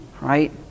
right